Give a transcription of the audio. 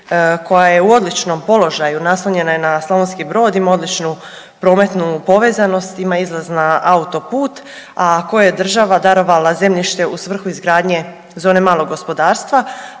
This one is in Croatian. koja je u odličnom položaju, naslonjena je na Slavonski Brod, ima odličnu prometnu povezanost, ima izlaz na autoput, a koje je država darovala zemljište u svrhu izgradnje zone malog gospodarstva,